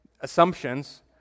assumptions